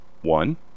one